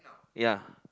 ya